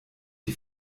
die